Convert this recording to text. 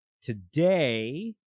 Today